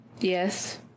Yes